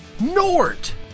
Nort